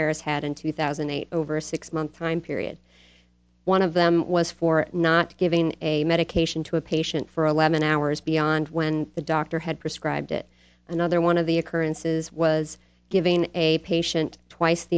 harris had in two thousand and eight over a six month time period one of them was for not giving a medication to a patient for eleven hours beyond when the doctor had prescribed it another one of the occurrences was giving a patient twice